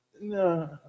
No